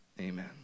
amen